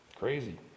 crazy